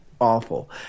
awful